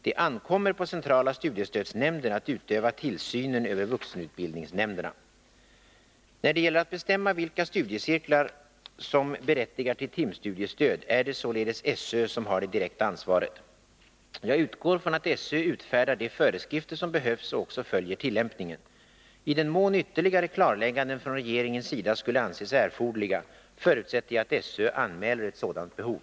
Det ankommer på centrala studiestödsnämnden att utöva tillsynen över vuxenutbildningsnämnderna. När det gäller att bestämma vilka studiecirklar som berättigar till timstudiestöd är det således SÖ som har det direkta ansvaret. Jag utgår från att SÖ utfärdar de föreskrifter som behövs och också följer tillämpningen. I den mån ytterligare klarlägganden från regeringens sida skulle anses erforderliga, förutsätter jag att SÖ anmäler ett sådant behov.